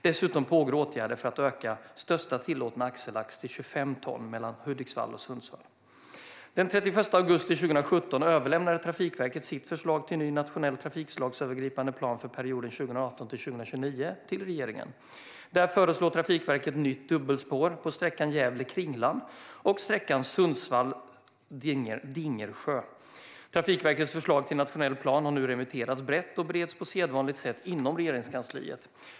Dessutom pågår åtgärder för att öka största tillåtna axellast till 25 ton mellan Hudiksvall och Sundsvall. Den 31 augusti 2017 överlämnade Trafikverket sitt förslag till ny nationell trafikslagsövergripande plan för perioden 2018-2029 till regeringen. Där föreslår Trafikverket nytt dubbelspår på sträckan Gävle-Kringlan och sträckan Sundsvall-Dingersjö. Trafikverkets förslag till nationell plan har nu remitterats brett och bereds på sedvanligt sätt inom Regeringskansliet.